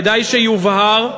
כדאי שיובהר.